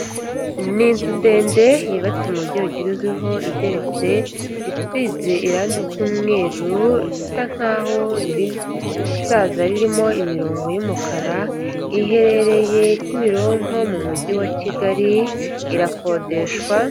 Ni inzu ndende yubatse mu buryo bugezweho igeretse, isize irangi ry'umweru risa nkaho riri gusaza ririmo imirongo y'umukara, iherereye Kimironko mu mujyi wa Kigali irakodeshwa.